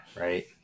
Right